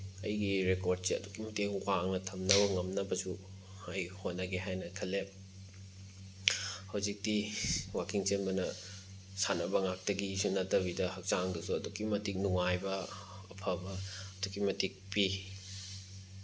ꯑꯩꯒꯤ ꯔꯦꯀꯣꯔꯠꯁꯦ ꯑꯗꯨꯛꯀꯤ ꯃꯇꯤꯛ ꯋꯥꯡꯅ ꯊꯝꯅꯕ ꯉꯝꯅꯕꯁꯨ ꯑꯩ ꯍꯣꯠꯅꯒꯦ ꯍꯥꯏꯅ ꯈꯜꯂꯦ ꯍꯧꯖꯤꯛꯇꯤ ꯋꯥꯛꯀꯤꯡ ꯆꯦꯟꯕꯅ ꯁꯥꯟꯅꯕ ꯉꯥꯛꯇꯒꯤꯁꯨ ꯅꯠꯇꯕꯤꯗ ꯍꯛꯆꯥꯡꯗꯁꯨ ꯑꯗꯨꯛꯀꯤ ꯃꯇꯤꯛ ꯅꯨꯡꯉꯥꯏꯕ ꯑꯐꯕ ꯑꯗꯨꯛꯀꯤ ꯃꯇꯤꯛ ꯄꯤ